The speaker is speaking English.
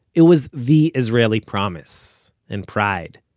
it was the israeli promise. and pride.